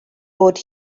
bod